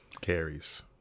carries